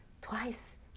twice